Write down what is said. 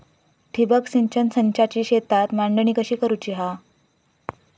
ठिबक सिंचन संचाची शेतात मांडणी कशी करुची हा?